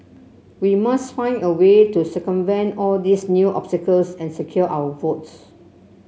we must find a way to circumvent all these new obstacles and secure our votes